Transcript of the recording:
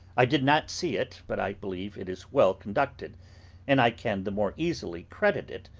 i did not see it, but i believe it is well conducted and i can the more easily credit it,